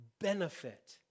benefit